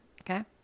okay